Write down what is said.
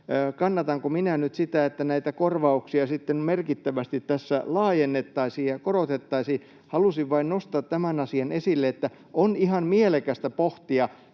kannatanko minä nyt sitä, että näitä korvauksia sitten merkittävästi tässä laajennettaisiin ja korotettaisiin. Halusin vain nostaa tämän asian esille, että on ihan mielekästä pohtia,